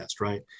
right